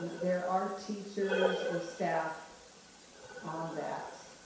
um there are teachers or staff on that,